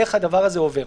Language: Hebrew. איך הדבר הזה עובר.